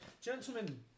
Gentlemen